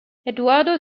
eduardo